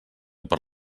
per